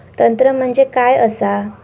तंत्र म्हणजे काय असा?